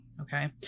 okay